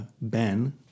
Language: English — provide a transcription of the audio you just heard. Ben